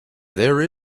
there